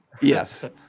Yes